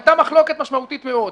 היתה מחלוקת משמעותית מאוד.